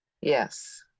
yes